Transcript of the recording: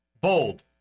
Bold